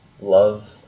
love